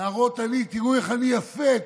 להראות: תראו איך אני יפה,